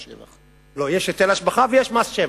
יש היטל השבחה ויש מס שבח.